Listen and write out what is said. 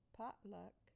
potluck